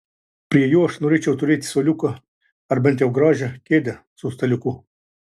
prie jo aš norėčiau turėti suoliuką ar bent jau gražią kėdę su staliuku